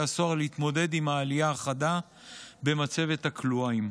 הסוהר להתמודד עם העלייה החדה במצבת הכלואים.